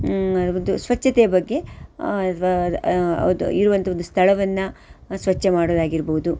ಅದು ಸ್ವಚ್ಛತೆಯ ಬಗ್ಗೆ ಅದು ಇರುವಂಥ ಒಂದು ಸ್ಥಳವನ್ನು ಸ್ವಚ್ಛ ಮಾಡೋದಾಗಿರಬಹ್ದು